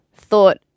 thought